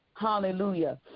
Hallelujah